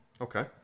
okay